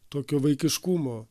tokio vaikiškumo